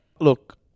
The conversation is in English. Look